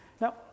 Now